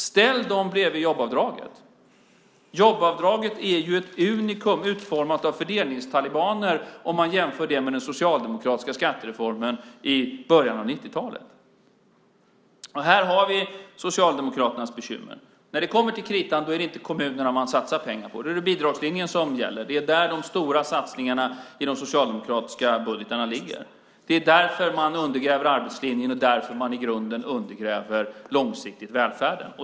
Ställ dem bredvid jobbavdraget! Jobbavdraget är ett unikum utformat av fördelningstalibaner om man jämför det med den socialdemokratiska skattereformen i början av 1990-talet. Här har vi Socialdemokraternas bekymmer. När det kommer till kritan är det inte kommunerna man satsar pengar på. Då är det bidragslinjen som gäller. Det är där de stora satsningarna i de socialdemokratiska budgetarna ligger. Det är därför man undergräver arbetslinjen och därför man i grunden långsiktigt undergräver välfärden.